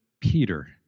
Peter